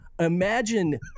imagine